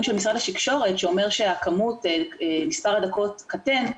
של משרד התקשורת שאומר שהכמות של מספר הדקות קטנה,